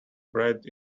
bred